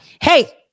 Hey